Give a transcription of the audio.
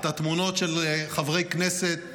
את התמונות של חברי כנסת